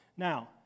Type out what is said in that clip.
Now